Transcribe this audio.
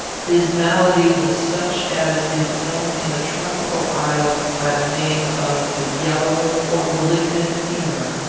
his malady was such as is known in the tropical islands by the name of the yellow or malignant fever,